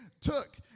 took